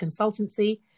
Consultancy